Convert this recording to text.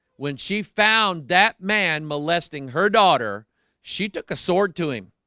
when she found that man molesting her daughter she took a sword to him